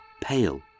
pale